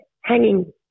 hanging